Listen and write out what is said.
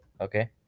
Okay